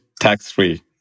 tax-free